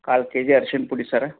ಕಾಲು KG ಅರ್ಶಿಣ ಪುಡಿ sir